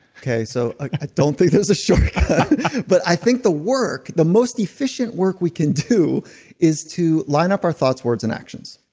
okay so i don't there's a shortcut but i think the work, the most efficient work we can do is to line up our thoughts, words, and actions.